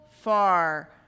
far